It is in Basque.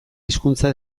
hizkuntza